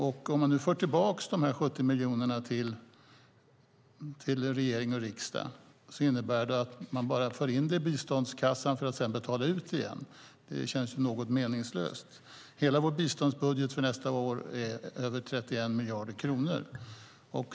Om man får tillbaka 70 miljoner till regering och riksdag innebär det att man bara får in det i biståndskassan för att sedan betala ut igen. Det känns något meningslöst. Hela vår biståndsbudget för nästa år är över 31 miljarder kronor.